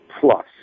plus